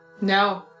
No